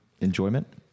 enjoyment